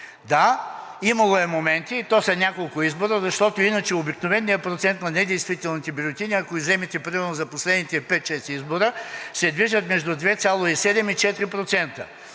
Да, имало е моменти, и то са няколко избора, защото иначе обикновеният процент на недействителните бюлетини, ако вземете примерно последните пет-шест избора, се движат между 2,7 и 4%.